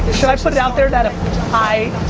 should i put it out there that if i,